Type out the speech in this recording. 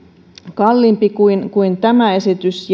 kalliimpi kuin kuin tämä esitys